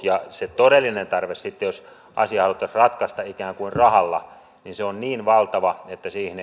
se todellinen tarve sitten jos asia haluttaisiin ratkaista ikään kuin rahalla on niin valtava että siihen